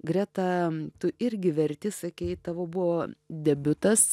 greta tu irgi verti sakei tavo buvo debiutas